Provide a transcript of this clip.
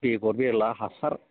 बेगर बेला हासार